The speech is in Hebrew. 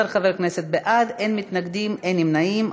12 חברי כנסת בעד, אין מתנגדים ואין נמנעים.